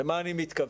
אומר למה אני מתכוון.